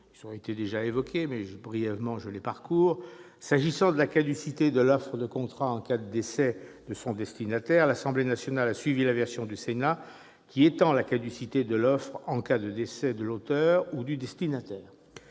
restaient trois points de discussion. S'agissant de la caducité de l'offre de contrat en cas de décès de son destinataire, l'Assemblée nationale a suivi la version du Sénat, qui étend la caducité de l'offre en cas de décès de l'auteur ou du destinataire.